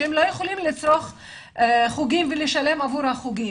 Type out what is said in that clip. לצרוך חוגים ולשלם עבור החוגים.